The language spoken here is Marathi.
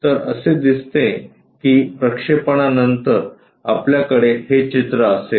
तर असे दिसते की प्रक्षेपणा नंतर आपल्याकडे हे चित्र असेल